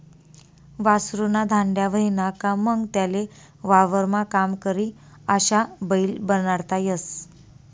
वासरु ना धांड्या व्हयना का मंग त्याले वावरमा काम करी अशा बैल बनाडता येस